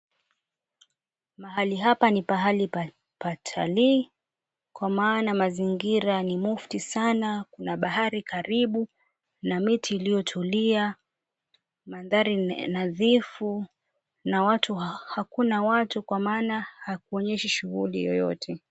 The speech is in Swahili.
Mahali hapa ni pahali pa talii kwa maana mazingira ni mufti sana. Kuna bahari karibu na miti iliyotulia. Madhari ni nadhifu na hakuna watu kwa maana hakuonyeshi shughuli yoyote.